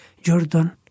Jordan